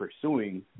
pursuing